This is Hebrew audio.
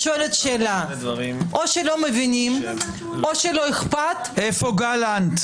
או שלא מבינים או שלא אכפת -- איפה גלנט?